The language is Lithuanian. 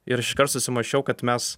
ir iškart susimąsčiau kad mes